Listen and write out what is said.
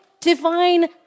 divine